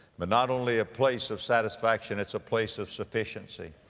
but not only a place of satisfaction, it's a place of sufficiency.